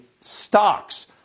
stocks